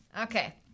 Okay